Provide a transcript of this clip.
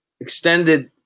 extended